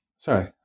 Sorry